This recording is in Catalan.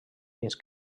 fins